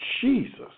Jesus